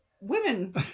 women